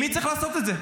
עם מי צריך לעשות את זה?